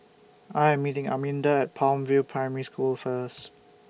I Am meeting Arminda At Palm View Primary School First